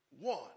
one